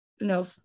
no